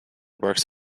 works